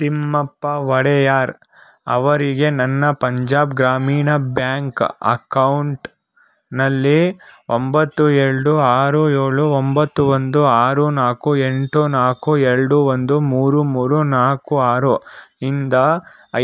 ತಿಮ್ಮಪ್ಪ ಒಡೆಯಾರ್ ಅವರಿಗೆ ನನ್ನ ಪಂಜಾಬ್ ಗ್ರಾಮೀಣ ಬ್ಯಾಂಕ್ ಅಕೌಂಟ್ನಲ್ಲಿ ಒಂಬತ್ತು ಎರಡು ಆರು ಏಳು ಒಂಬತ್ತು ಒಂದು ಆರು ನಾಲ್ಕು ಎಂಟು ನಾಲ್ಕು ಎರಡು ಒಂದು ಮೂರು ಮೂರು ನಾಲ್ಕು ಆರು ಇಂದ